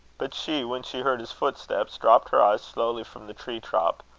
but she, when she heard his footsteps, dropped her eyes slowly from the tree-top,